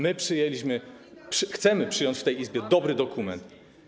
My przyjęliśmy, chcemy przyjąć w tej Izbie dobry dokument.